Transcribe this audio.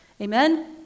Amen